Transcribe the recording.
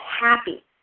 happy